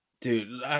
dude